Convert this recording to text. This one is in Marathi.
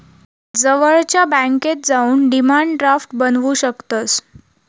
जवळच्या बॅन्केत जाऊन डिमांड ड्राफ्ट बनवू शकतंस